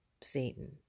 Satan